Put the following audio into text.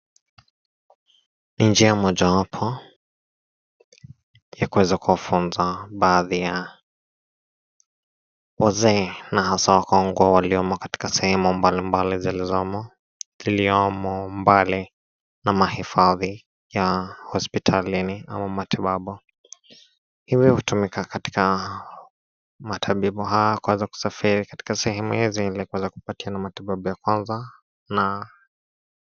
Ni njia mojawapo ya kuweza kufunza baadhi ya wazee na hasa wakongwe waliomo katika sehemu mbalimbali zilizomo mbali na mahifadhi ya hospitalini au matibabu. Ile vitu hutumika katika matabibu hawa kuweza kusafiri katika sehemu hizi ili kuweza kupatiana matibabu ya kwanza na.